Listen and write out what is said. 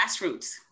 grassroots